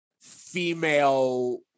female